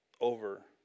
over